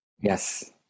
Yes